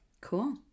Cool